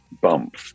bump